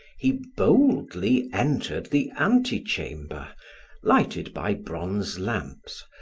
he boldly entered the antechamber, lighted by bronze lamps,